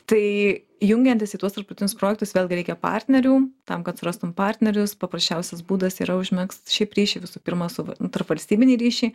tai jungiantis į tuos tarptautinius projektus vėlgi reikia partnerių tam kad surastum partnerius paprasčiausias būdas yra užmegzt ryšį visų pirma su tarpvalstybinį ryšį